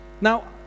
Now